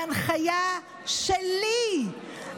בהנחיה שלי,